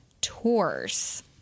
tours